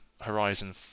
Horizon